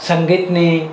સંગીતની